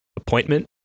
appointment